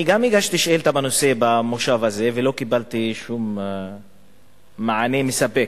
גם אני הגשתי שאילתא בנושא במושב הזה ולא קיבלתי שום מענה מספק,